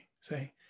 Say